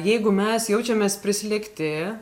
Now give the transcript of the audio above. jeigu mes jaučiamės prislėgti